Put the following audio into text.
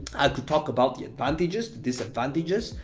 i could talk about the advantages, the disadvantages,